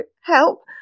help